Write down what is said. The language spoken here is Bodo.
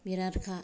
बेरादखा